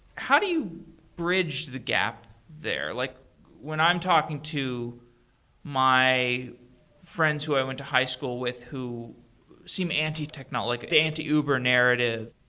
how do you bridge the gap there? like when i'm talking to my friends who i went to high school with who seem anti-technologic, like anti-uber narrative.